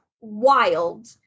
Wild